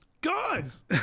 Guys